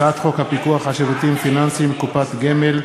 הצעת חוק הפיקוח על שירותים פיננסיים (קופות גמל)